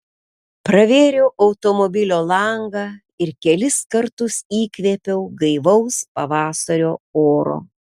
pravėriau automobilio langą ir kelis kartus įkvėpiau gaivaus pavasario oro